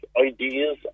ideas